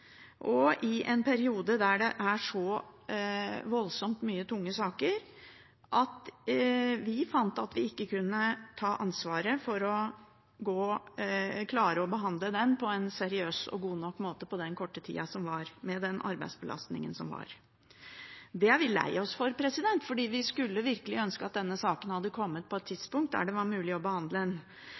og i en periode med så voldsomt mange tunge saker, at vi fant at vi ikke kunne ta ansvaret for å klare å behandle den på en seriøs og god nok måte på den korte tida og med den arbeidsbelastningen som var. Det er vi lei oss for, fordi vi skulle virkelig ønsket at denne saken hadde kommet på et tidspunkt der det var mulig å behandle